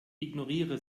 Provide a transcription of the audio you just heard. ignoriere